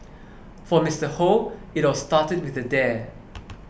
for Mister Hoe it all started with a dare